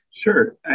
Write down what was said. Sure